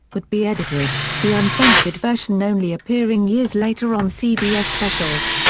would be edited, the uncensored version only appearing years later on cbs specials.